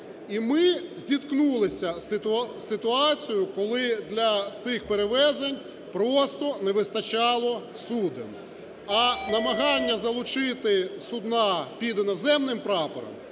І ми зіткнулися з ситуацією, коли для цих перевезень просто не вистачало суден. А намагання залучити судна під іноземним прапором